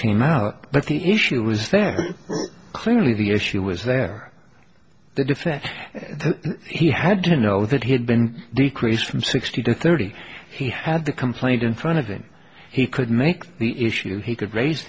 came out but the issue was there clearly the issue was there the defense he had to know that he had been decreased from sixty to thirty he had the complaint in front of them he could make the issue he could raise